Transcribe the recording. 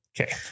Okay